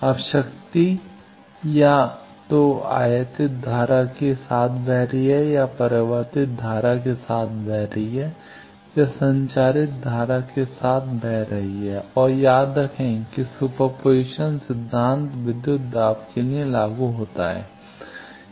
अब शक्ति या तो आयातित धारा के साथ बह रही है या परावर्तित धारा के साथ बह रही है या संचरित धारा के साथ बह रही है और याद रखें कि सुपरपोजिशन सिद्धांत विद्युत दाब के लिए लागू होता है